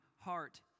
heart